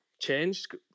changed